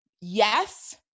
Yes